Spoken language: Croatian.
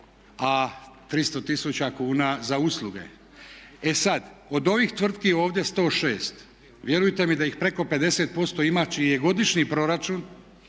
a 300 tisuća kuna za usluge. E sada, od ovih tvrtki ovdje 106, vjerujte mi da ih preko 50% ima čiji je godišnji proračun